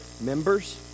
members